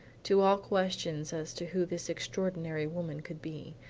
to all questions as to who this extraordinary woman could be,